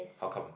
how come